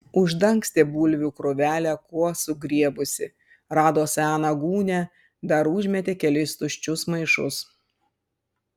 uždangstė bulvių krūvelę kuo sugriebusi rado seną gūnią dar užmetė kelis tuščius maišus